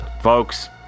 folks